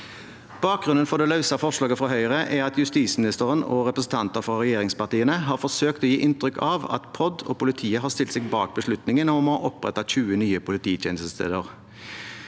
Bakgrunnen for det løse forslaget fra Høyre er at justisministeren og representanter for regjeringspartiene har forsøkt å gi inntrykk av at POD og politiet har stilt seg bak beslutningen om å opprette 20 nye polititjenestesteder.